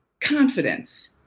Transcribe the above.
confidence